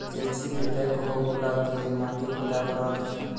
JCB backhoe গুলা দিয়ে মাটি খুদা করা হতিছে